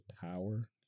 power